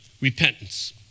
repentance